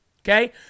Okay